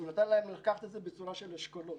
לקחת את זה בצורה של אשכולות.